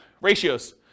ratios